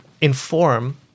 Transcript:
inform